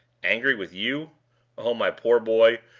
angry with you oh, my poor boy,